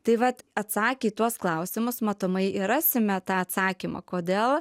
tai vat atsakę į tuos klausimus matomai ir rasime tą atsakymą kodėl